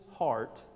heart